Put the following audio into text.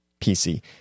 PC